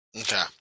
Okay